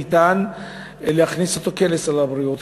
ניתן להכניס אותו לסל הבריאות,